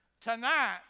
tonight